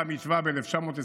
שאותם השווה ב-1927,